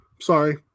Sorry